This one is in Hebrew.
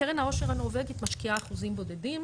קרן העושר הנורבגית משקיעה אחוזים בודדים